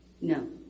No